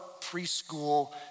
preschool